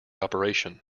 operation